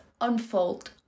unfold